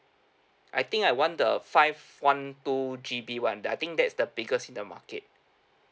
I think I want the five one two G_B [one] that I think that's the biggest in the market